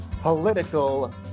Political